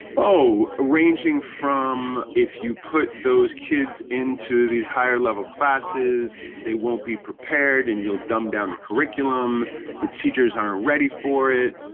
oh ranging from if you put those kids into these higher level classes as they won't be prepared and you'll dumb down the curriculum the teachers aren't ready for it.